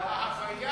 ההוויה